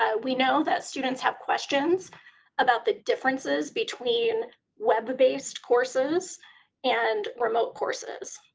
ah we know that students have questions about the differences between web-based courses and remote courses.